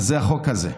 אז זה החוק הזה.